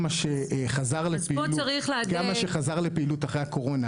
גם מה שחזר לפעילות אחרי הקורונה,